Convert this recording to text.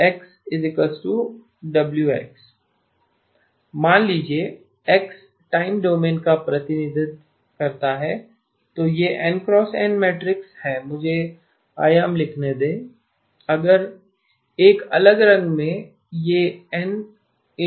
XW x मान लीजिए कि x टाइम डोमेन का प्रतिनिधित्व करता है तो यह NN मैट्रिक्स है मुझे आयाम लिखने दें एक अलग रंग में यह N1 होगा